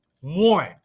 one